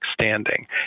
standing